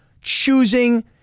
choosing